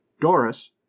Doris